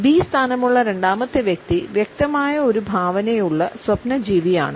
'B' സ്ഥാനമുള്ള രണ്ടാമത്തെ വ്യക്തി വ്യക്തമായ ഒരു ഭാവനയുള്ള സ്വപ്നജീവിയാണ്